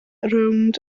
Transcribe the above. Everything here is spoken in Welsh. rownd